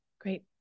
great